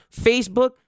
Facebook